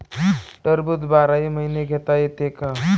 टरबूज बाराही महिने घेता येते का?